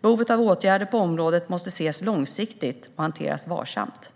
Behovet av åtgärder på området måste ses långsiktigt och hanteras varsamt.